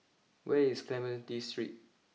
where is Clementi Street